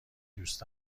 دوست